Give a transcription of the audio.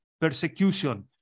persecution